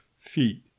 feet